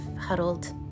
huddled